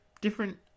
different